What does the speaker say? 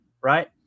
right